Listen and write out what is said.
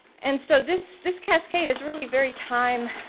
and so this this cascade is really very time